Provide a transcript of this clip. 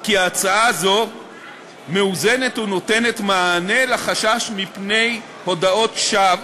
כי ההצעה הזאת מאוזנת ונותנת מענה לחשש מפני הודאות שווא,